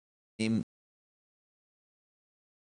ואנשים יישארו ללא קורת גג.